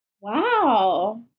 Wow